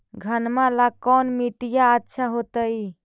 घनमा ला कौन मिट्टियां अच्छा होतई?